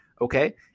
Okay